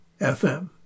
FM